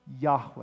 Yahweh